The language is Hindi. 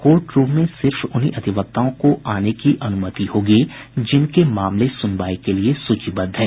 कोर्ट रूम में सिर्फ उन्हीं अधिवक्ताओं को आने की अनुमति होगी जिनके मामले सुनवाई के लिए सूचीबद्ध हैं